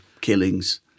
killings